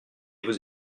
vos